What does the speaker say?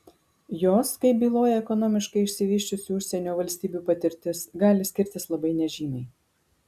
jos kaip byloja ekonomiškai išsivysčiusių užsienio valstybių patirtis gali skirtis labai nežymiai